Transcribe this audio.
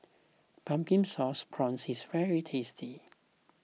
Pumpkin Sauce Prawns is very tasty